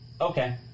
Okay